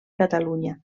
catalunya